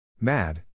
Mad